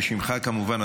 בשמך כמובן,